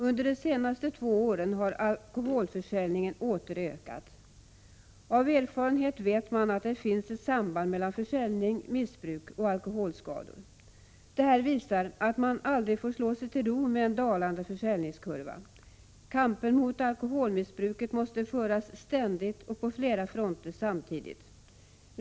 Under de senaste två åren har alkoholförsäljningen åter ökat. Av erfarenhet vet man att det finns ett samband mellan försäljning, missbruk och alkoholskador. Detta visar att man aldrig får slå sig till ro med en dalande försäljningskurva. Kampen mot alkoholmissbruket måste föras ständigt och på flera fronter samtidigt.